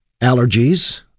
allergies